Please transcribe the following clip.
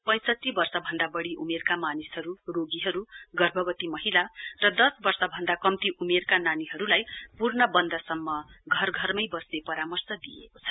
पैसठी वर्षभन्दा बढ़ी उमेरका मानिसहरू रोगीहरू गर्भवती महिला र दस वर्षभन्दा कम्ती उमेरका नानीहरूलाई पूर्णवन्द सम्म घर घरमै बस्ने परामर्श दिइएको छ